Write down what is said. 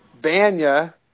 Banya